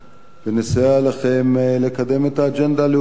ונסייע לכם לקדם את האג'נדה הלאומית של